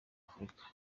afurika